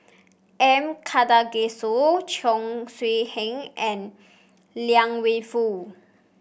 M Karthigesu Cheong Siew Keong and Liang Wenfu